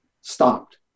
stopped